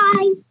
Bye